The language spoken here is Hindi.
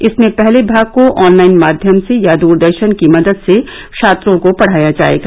इसमें पहले भाग को ऑनलाइन माध्यम से या दूरदर्शन की मदद से छात्रों को पढ़ाया जायेगा